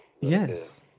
Yes